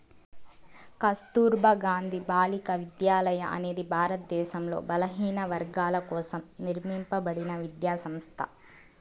కస్తుర్బా గాంధీ బాలికా విద్యాలయ అనేది భారతదేశంలో బలహీనవర్గాల కోసం నిర్మింపబడిన విద్యా సంస్థ